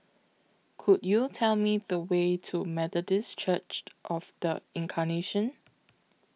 Could YOU Tell Me The Way to Methodist Church of The Incarnation